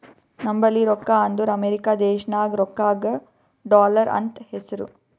ನಂಬಲ್ಲಿ ರೊಕ್ಕಾ ಅಂದುರ್ ಅಮೆರಿಕಾ ದೇಶನಾಗ್ ರೊಕ್ಕಾಗ ಡಾಲರ್ ಅಂತ್ ಹೆಸ್ರು